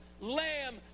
lamb